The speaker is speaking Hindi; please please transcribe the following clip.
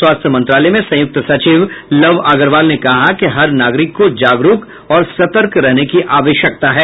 स्वास्थ्य मंत्रालय में संयुक्त सचिव लव अग्रवाल ने कहा कि हर नागरिक को जागरुक और सतर्क रहने की आवश्यकता है